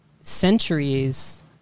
centuries